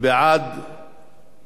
ועדה,